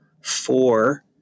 four